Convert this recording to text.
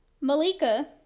Malika